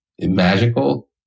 magical